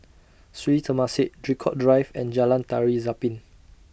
Sri Temasek Draycott Drive and Jalan Tari Zapin